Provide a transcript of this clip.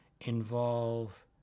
involve